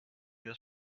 das